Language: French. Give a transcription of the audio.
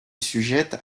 sujette